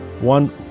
one